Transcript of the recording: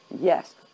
yes